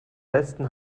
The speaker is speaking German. besten